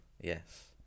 yes